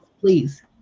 please